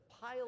pile